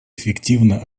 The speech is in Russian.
эффективно